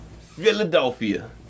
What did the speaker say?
Philadelphia